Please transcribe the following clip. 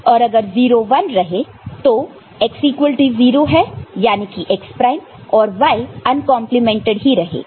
और अगर 0 1 रहा तो x इक्वल टू 0 है याने की x प्राइम और y अनकंपलीमेंटेड ही रहेगा